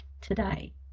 today